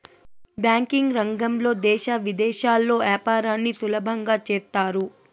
banking రంగంలో దేశ విదేశాల్లో యాపారాన్ని సులభంగా చేత్తారు